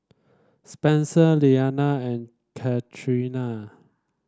Spencer Leanna and Catrina